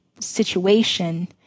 situation